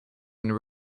and